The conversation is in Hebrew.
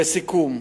לסיכום,